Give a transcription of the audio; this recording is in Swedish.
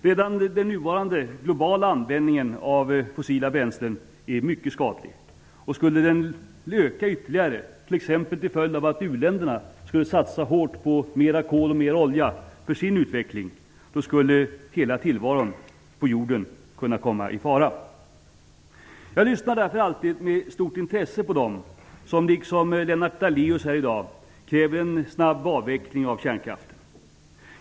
Redan den nuvarande globala användningen av fossila bränslen är mycket skadlig, och skulle den öka ytterligare, t.ex. till följd av att u-länderna skulle satsa hårt på mera kol och mera olja för sin utveckling, skulle hela tillvaron på jorden kunna komma i fara. Jag lyssnar alltid med stort intresse på dem som liksom Lennart Daléus här i dag kräver en snabb avveckling av kärnkraften.